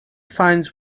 finds